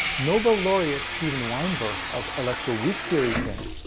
nobel laureate steven weinberg of electro-weak theory fame,